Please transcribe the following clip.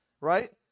right